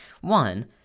one